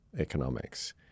economics